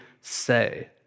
say